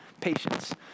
patience